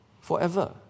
forever